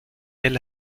del